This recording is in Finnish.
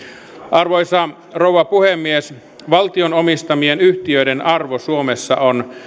arvoisa rouva puhemies valtion omistamien yhtiöiden arvo suomessa on